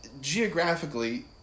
geographically